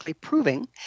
proving